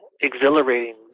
exhilarating